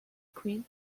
queen